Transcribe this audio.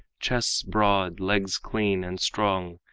chests broad, legs clean and strong,